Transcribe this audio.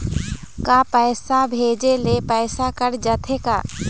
का पैसा भेजे ले पैसा कट जाथे का?